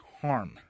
harm